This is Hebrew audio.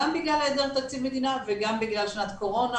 גם בגלל היעדר תקציב מדינה וגם בגלל שנת קורונה,